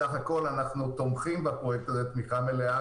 בסך הכול אנחנו תומכים בפרויקט הזה תמיכה מלאה,